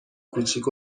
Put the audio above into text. کوچیک